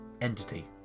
entity